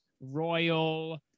royal